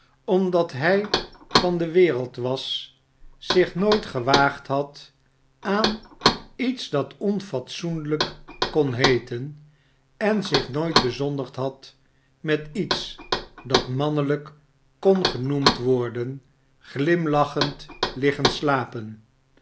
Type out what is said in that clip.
omdat hij van de wereld was zich nooit gewaagd had aan iets dat onfatsoenlijk kon heeten en zich nooit bezondigd had met iets dat mannelijk kon genoemd worden glimlachend liggen slapen